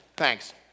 Thanks